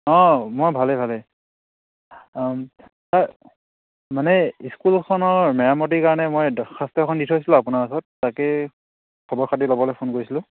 অঁ মই ভালে ভালেই ছাৰ মানে স্কুলখনৰ মেৰামতিৰ কাৰণে মই দৰখাস্ত এখন দি থৈছিলোঁ আপোনাৰ ওছত তাকে খবৰ খতি ল'বলৈ ফোন কৰিছিলোঁ